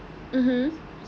mmhmm